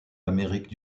amérique